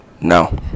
No